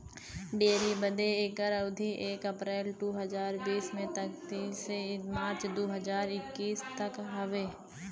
dairy बदे एकर अवधी एक अप्रैल दू हज़ार बीस से इकतीस मार्च दू हज़ार इक्कीस तक क हौ